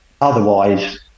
otherwise